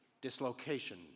dislocation